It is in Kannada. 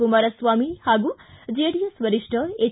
ಕುಮಾರಸ್ವಾಮಿ ಹಾಗೂ ಜೆಡಿಎಸ್ ವರಿಷ್ಠ ಎಚ್